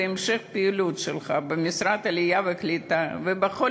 בהמשך הפעילות שלך במשרד העלייה והקליטה ובכל